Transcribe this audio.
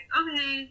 okay